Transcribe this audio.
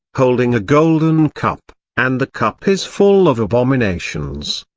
holding a golden cup, and the cup is full of abominations.